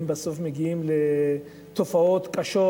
הם מגיעים לתופעות קשות,